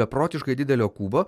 beprotiškai didelio kubo